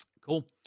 cool